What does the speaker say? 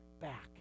back